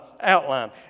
outline